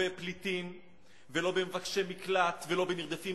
בפליטים ולא במבקשי מקלט ולא בנרדפים,